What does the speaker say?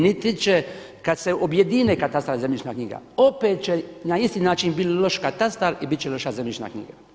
Niti će kada se objedine katastar i zemljišna knjiga, opet će na isti način biti loš katastar i biti će loša zemljišna knjiga.